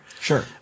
Sure